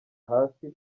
hasi